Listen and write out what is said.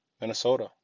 Minnesota